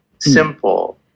simple